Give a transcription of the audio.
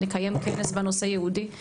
נקיים כנס בנושא ייעודי,